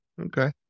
Okay